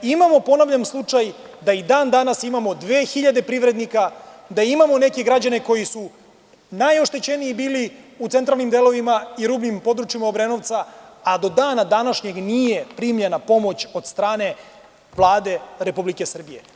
Imamo ponovljen slučaj da i dan danas imamo dve hiljade privrednika, da imamo neke građane koji su najoštećeniji bili u centralnim delovima i rubnim područjima Obrenovca, a do dana današnjeg nije primljena pomoć od strane Vlade Republike Srbije.